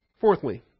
Fourthly